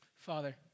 Father